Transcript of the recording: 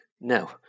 No